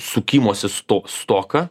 sukimosi sto stoką